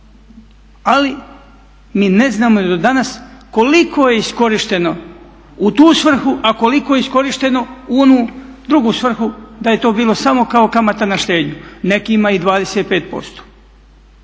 Ali mi ne znamo do danas koliko je iskorišteno u tu svrhu a koliko je iskorišteno u onu drugu svrhu da je to bilo samo kao kamata na štednju, nekima i 25%.